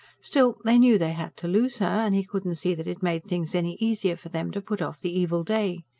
still, they knew they had to lose her, and he could not see that it made things any easier for them to put off the evil day.